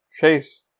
Chase